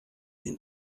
den